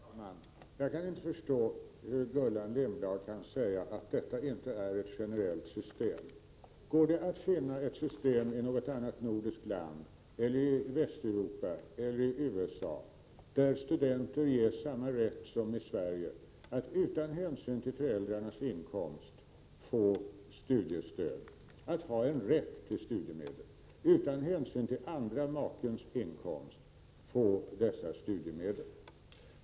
Herr talman! Jag kan inte förstå hur Gullan Lindblad kan säga att detta inte är ett generellt system. Går det att i något annat nordiskt land, eller i Västeuropa eller i USA, att finna ett system där studenter ges samma rätt som i Sverige: att utan hänsyn till föräldrarnas inkomst få studiestöd, att utan hänsyn till den andre makens inkomst få dessa studiemedel?